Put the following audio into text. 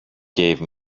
gave